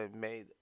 made